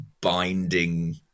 binding